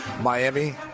miami